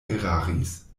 eraris